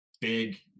big